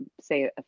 say